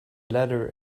letter